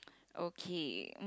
okay